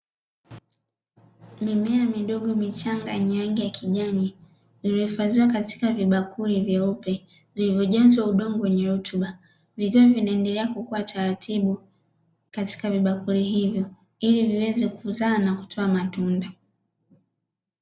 Mimea midogo michanga yenye rangi ya kijani iliyohifadhiwa katika vibakuli vyeupe vilivyojazwa udongo wenye rutuba. Vikiwa vinaendelea kukua taratibu katika vibakuli hivyo ili viweze kuzaa na kutoa matunda.